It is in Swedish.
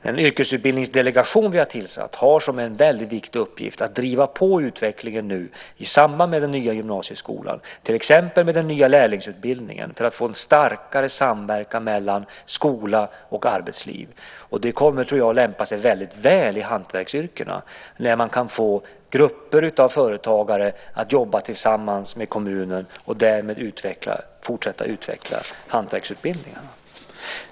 Den yrkesutbildningsdelegation som vi har tillsatt har som en väldigt viktig uppgift att driva på utvecklingen i samband med den nya gymnasieskolan, till exempel med den nya lärlingsutbildningen, för att få en starkare samverkan mellan skola och arbetsliv. Jag tror att det kommer att lämpa sig väldigt väl för hantverksyrkena när man kan få grupper av företagare att jobba tillsammans med kommunen. Därmed kan vi fortsätta att utveckla hantverksutbildningarna.